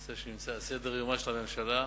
נושא שנמצא בסדר-יומה של הממשלה.